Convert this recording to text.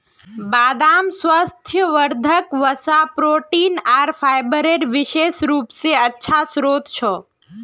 बदाम स्वास्थ्यवर्धक वसा, प्रोटीन आर फाइबरेर विशेष रूप स अच्छा स्रोत छ